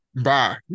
Bye